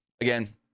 again